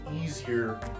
easier